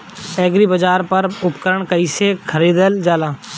एग्रीबाजार पर उपकरण कइसे खरीदल जाला?